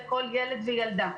כל ילד וילדה.